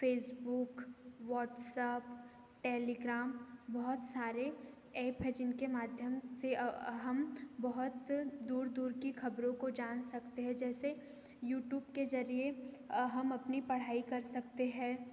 Facebook WhatsApp Telegram बहुत सारे app हैं जिनके माध्यम से हम बहुत दूर दूर की खबरों को जान सकते हैं जैसे यूट्यूब के जरिए हम अपनी पढ़ाई कर सकते हैं